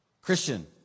Christian